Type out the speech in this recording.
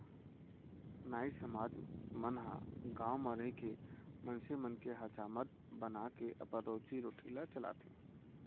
नाई समाज मन ह गाँव म रहिके मनसे मन के हजामत बनाके अपन रोजी रोटी ल चलाथे